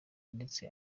ndetse